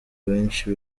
benshi